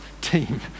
team